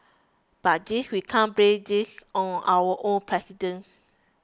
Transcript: but this we can't blame this on our own president